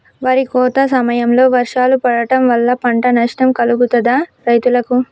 వరి కోత సమయంలో వర్షాలు పడటం వల్ల పంట నష్టం కలుగుతదా రైతులకు?